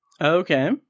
Okay